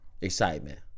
Excitement